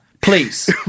Please